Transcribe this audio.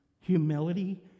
humility